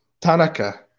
Tanaka